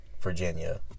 Virginia